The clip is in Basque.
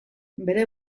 bere